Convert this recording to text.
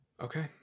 Okay